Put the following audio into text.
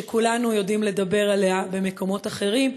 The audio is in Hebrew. שכולנו יודעים לדבר עליה במקומות אחרים,